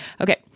Okay